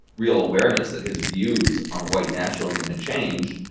real awareness that his views on white nationalism had changed,